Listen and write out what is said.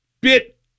bit